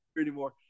anymore